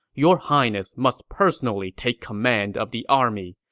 your highness must personally take command of the army.